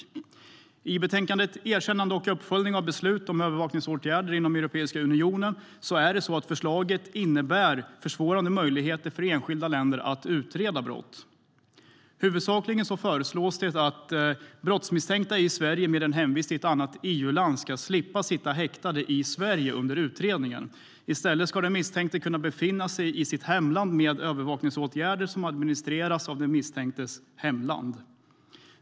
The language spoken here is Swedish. Förslaget i betänkandet Erkännande och uppföljning av beslut om övervakningsåtgärder inom Europeiska unionen innebär ett försvårande av möjligheterna för enskilda länder att utreda brott. Huvudsakligen föreslås att brottsmisstänkta i Sverige med hemvist i ett annat EU-land ska slippa sitta häktade i Sverige under utredningen. I stället ska den misstänkte kunna befinna sig i sitt hemland med övervakningsåtgärder som administreras av den misstänktes hemland.